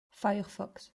firefox